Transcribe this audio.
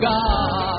God